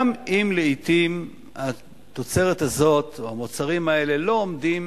גם אם לעתים התוצרת הזאת או המוצרים האלה לא עומדים